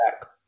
back